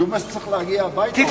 ג'ומס צריך להגיע הביתה.